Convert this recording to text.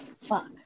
Fuck